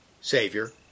Savior